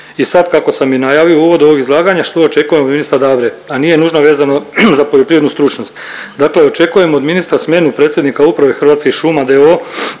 I sad kako sam i najavio u uvodu ovih izlaganja, što očekujemo od ministra Dabre, a nije nužno vezano za poljoprivrednu stručnost? Dakle očekujemo od ministra smjenu predsjednika Uprave Hrvatskih šuma d.o.o.